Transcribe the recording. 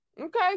Okay